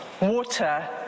water